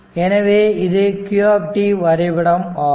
எனவே இதுவே q வரைபடம் ஆகும்